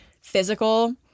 physical